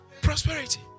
Prosperity